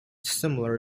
similar